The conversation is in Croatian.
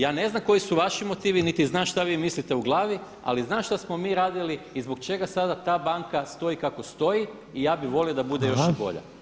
Ja ne znam koji su vaši motivi, niti znam šta vi mislite u glavi, ali znam šta smo mi radili i zbog čega sada ta banka stoji kako stoji i ja bih volio da bude još i bolja.